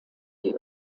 die